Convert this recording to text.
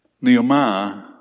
Nehemiah